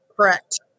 Correct